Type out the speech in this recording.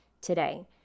today